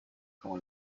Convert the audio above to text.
como